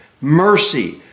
Mercy